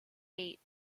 eight